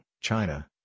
China